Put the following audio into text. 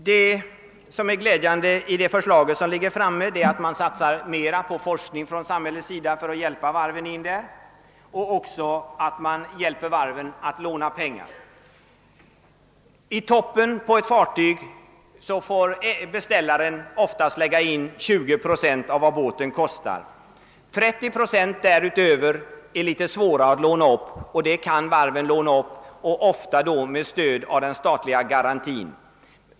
Vad som är glädjande i det förslag som ligger framme är att mer kommer att satsas på forskning från samhällets sida för att hjälpa varven liksom även att man ämnar hjälpa varven med att låna dem pengar. I toppen på ett fartyg får beställaren ofta lägga in 20 procent av vad båten kostar. 30 procent därutöver är litet svårare att låna upp, men det kan varven göra, ofta med stöd av den statliga garantin.